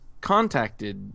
contacted